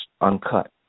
uncut